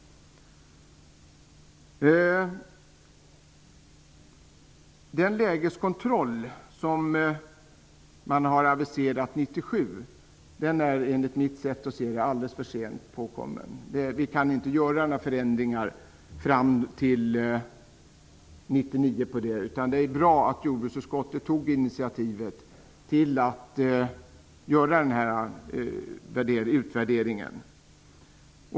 Lägeskontrollen som har aviserats till 1997 är enligt mitt sätt att se alltför sent påkommen. Vi kan inte genomföra förändringar under tiden fram till 1999. Det är bra att jordbruksutskottet har tagit initiativ till denna utvärdering.